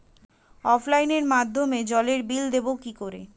অফলাইনে মাধ্যমেই জলের বিল দেবো কি করে?